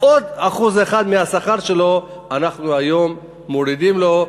עוד 1% מהשכר שלו אנחנו היום מורידים לו,